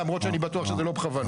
למרות שאני בטוח שזה לא בכוונה.